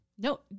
No